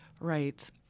Right